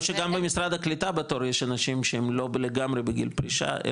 שגם במשרד הקליטה בתור יש אנשים שהם לא לגמרי גיל פרישה,